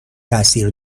تاثیر